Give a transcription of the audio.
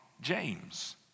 James